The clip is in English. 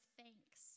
thanks